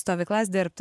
stovyklas dirbt